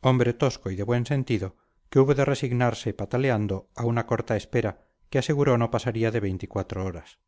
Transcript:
hombre tosco y de buen sentido que hubo de resignarse pataleando a una corta espera que aseguró no pasaría de veinticuatro horas